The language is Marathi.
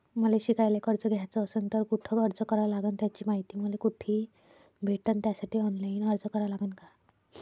मले शिकायले कर्ज घ्याच असन तर कुठ अर्ज करा लागन त्याची मायती मले कुठी भेटन त्यासाठी ऑनलाईन अर्ज करा लागन का?